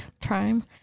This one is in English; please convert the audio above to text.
Prime